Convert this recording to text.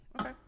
Okay